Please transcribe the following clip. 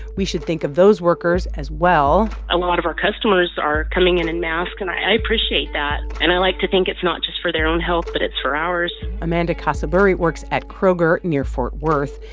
we should think of those workers as well a lot of our customers are coming in in masks, and i appreciate that. and i like to think it's not just for their own health, but it's for ours amanda casaburri works at kroger near fort worth.